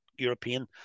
European